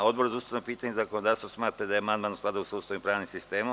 Odbor za ustavna pitanja i zakonodavstvo smatra da je amandman u skladu sa Ustavom i pravnim sistemom.